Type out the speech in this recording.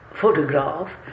photograph